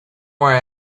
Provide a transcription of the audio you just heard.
worry